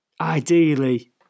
ideally